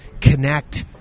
connect